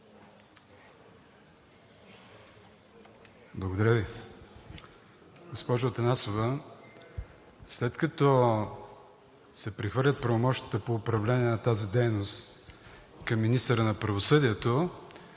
Благодаря Ви. Госпожо Атанасова, след като се прехвърлят правомощията по управление на тази дейност към министъра на правосъдието